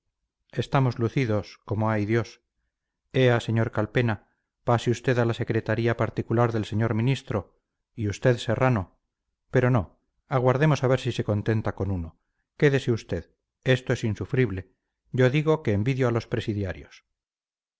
estamos lucidos como hay dios ea sr calpena pase usted a la secretaría particular del señor ministro y usted serrano pero no aguardaremos a ver si se contenta con uno quédese usted esto es insufrible yo digo que envidio a los presidiarios